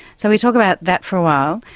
so we talk about that for a while.